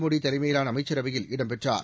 மோடி தலைமையிலான அமைச்சரவையில் இடம்பெற்றார்